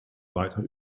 weiter